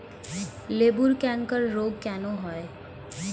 লেবুর ক্যাংকার রোগ কেন হয়?